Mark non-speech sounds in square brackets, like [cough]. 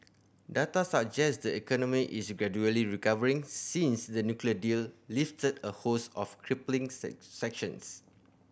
data suggest the economy is gradually recovering since the nuclear deal lifted a host of crippling [unintelligible] sanctions